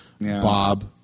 Bob